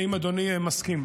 האם אדוני מסכים?